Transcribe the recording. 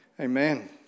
amen